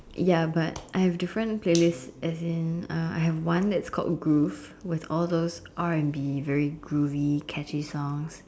ya but I have different playlist as in uh I have one that's called groove with all those R-and-B very groovy catchy songs